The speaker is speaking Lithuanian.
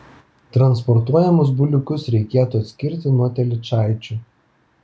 transportuojamus buliukus reikėtų atskirti nuo telyčaičių